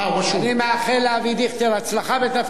אני מאחל לאבי דיכטר הצלחה בתפקידו,